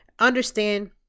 understand